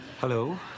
Hello